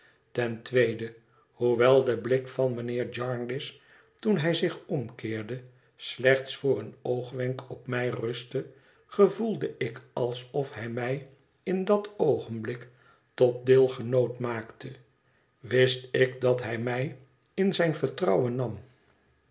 ten tweede hoewel de blik van mijnheer jarndyce toen hij zich omkeerde slechts voor een oogwenk op mij rustte gevoelde ik alsof hij mij in dat oogenblik tot deelgenoot maakte wist ik dat hij mij in zijn vertrouwen nam